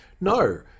no